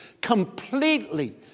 completely